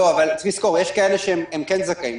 אבל צריך לזכור שיש כאלה שהם כן זכאים,